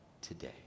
today